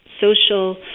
social